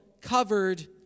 covered